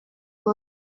бар